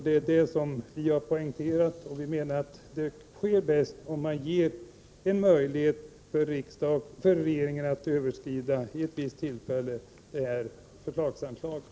Det har vi poängterat, och vi menar att detta sker bäst om vi ger regeringen en möjlighet att vid visst tillfälle överskrida förslagsanslaget.